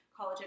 collagen